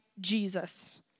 Jesus